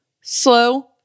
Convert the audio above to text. slow